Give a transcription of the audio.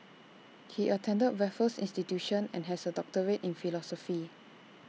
he attended Raffles institution and has A doctorate in philosophy